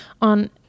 on